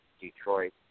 Detroit